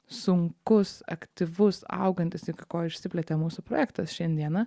sunkus aktyvus augantis iki ko išsiplėtė mūsų projektas šiandieną